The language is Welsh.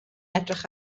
edrych